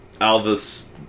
Alvis